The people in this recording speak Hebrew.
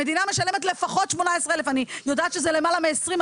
המדינה משלמת לפחות 18,000. אני יודעת שזה למעלה מ-20,000.